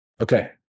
Okay